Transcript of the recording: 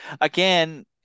again